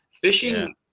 fishing